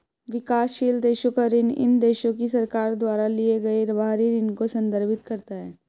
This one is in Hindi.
विकासशील देशों का ऋण इन देशों की सरकार द्वारा लिए गए बाहरी ऋण को संदर्भित करता है